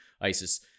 ISIS